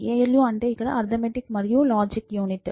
ALU అంటే arithmetic మరియు logic unit